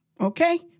okay